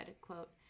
quote